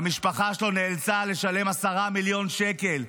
והמשפחה שלו נאלצה לשלם 10 מיליון שקל,